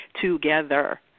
together